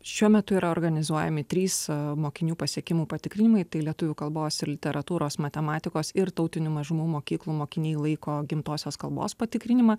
šiuo metu yra organizuojami trys mokinių pasiekimų patikrinimai tai lietuvių kalbos ir literatūros matematikos ir tautinių mažumų mokyklų mokiniai laiko gimtosios kalbos patikrinimą